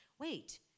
Wait